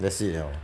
that's it liao